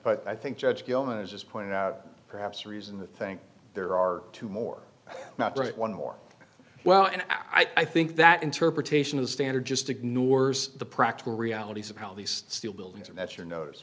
but i think judge just pointed out perhaps reason to think there are two more not right one more well and i think that interpretation of the standard just ignores the practical realities of how these steel buildings are that your nose